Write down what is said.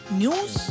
news